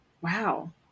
Wow